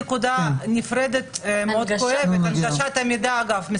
דת יהודיים): הנגשת המידע היא נקודה כואבת אבל היא נפרדת.